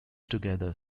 together